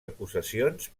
acusacions